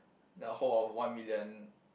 the whole of one million